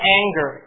anger